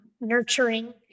nurturing